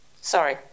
Sorry